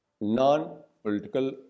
non-political